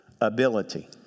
ability